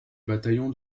bataillon